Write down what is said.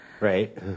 Right